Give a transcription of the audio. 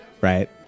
right